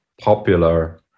popular